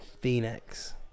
Phoenix